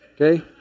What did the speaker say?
okay